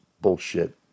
bullshit